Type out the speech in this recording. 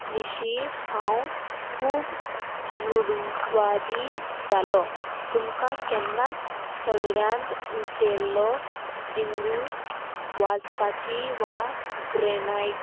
विशीं हांव खूब रुडवादी जालो तुमकां केन्नाच सगड्यांत उजेल्लो बिंदू वाचपाची वा ग्रेनायट